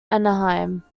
anaheim